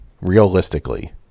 realistically